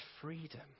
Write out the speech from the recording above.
freedom